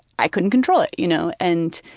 i couldn't control it, you know. and,